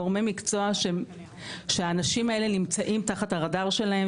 גורמי מקצוע שהאנשים האלה נמצאים תחת הרדאר שלהם,